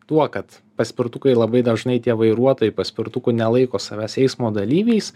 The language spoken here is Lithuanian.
tuo kad paspirtukai labai dažnai tie vairuotojai paspirtukų nelaiko savęs eismo dalyviais